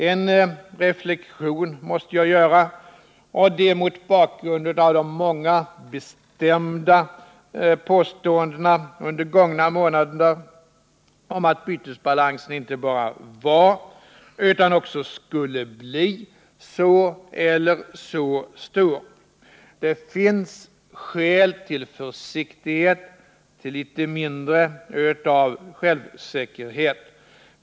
En reflexion måste jag göra, och det är mot bakgrund av de många bestämda påståendena under de gångna månaderna om att bytesbalansen inte bara var utan också skulle bli så eller så stor. Det finns skäl till försiktighet, till litet mindre självsäkerhet.